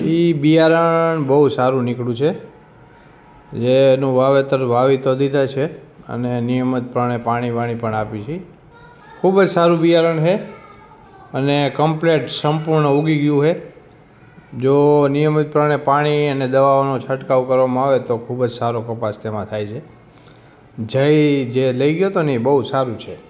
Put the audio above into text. એ બિયારણ બહુ સારું નીકળ્યું છે જે એનું વાવેતર વાવી તો દીધા છે અને નિયમિતપણે પાણી પણ આપીએ છીએ ખૂબ જ સારું બિયારણ છે અને ક્મ્પલીટ સંપૂર્ણ ઉગી ગયું છે જો નિયમિતપણે પાણી અને દવાઓનો છંટકાવ કરવામાં આવે તો ખૂબ જ સારો કપાસ તેમાં થાચ છે જય જે લઇ ગયો હતો ને એ બહુ સારું છે